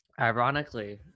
ironically